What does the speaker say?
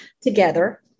together